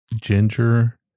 ginger